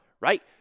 right